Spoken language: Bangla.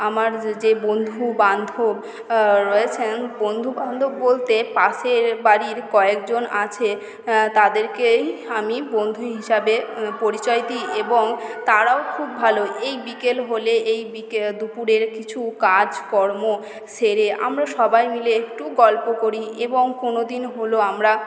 আমার যে বন্ধুবান্ধব আ রয়েছেন বন্ধুবান্ধব বলতে পাশের বাড়ির কয়েকজন আছে তাদেরকেই আমি বন্ধু হিসেবে পরিচয় দিই এবং তাঁরাও খুব ভালো এই বিকেল হলে এই বিকে দুপুরের কিছু কাজ কর্ম সেরে আমরা সবাই মিলে একটু গল্প করি এবং কোনোদিন হলো আমরা